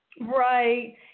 Right